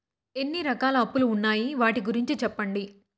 ఎన్ని రకాల అప్పులు ఉన్నాయి? వాటి గురించి సెప్పండి?